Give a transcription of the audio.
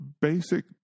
basic